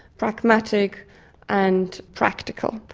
pragmatic and practical,